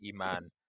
Iman